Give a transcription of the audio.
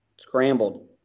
Scrambled